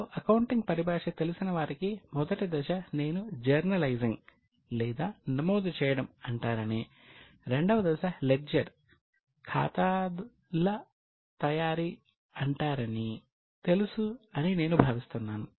మీలో అకౌంటింగ్ పరిభాష తెలిసినవారికి మొదట దశ నేను జర్నలైసింగ్ ఖాతాల తయారీ అంటారని తెలుసు అని నేను భావిస్తున్నాను